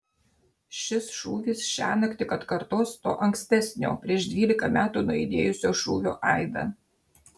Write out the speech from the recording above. šis šūvis šiąnakt tik atkartos to ankstesnio prieš dvylika metų nuaidėjusio šūvio aidą